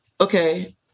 okay